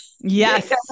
Yes